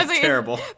terrible